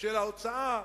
של ההוצאה,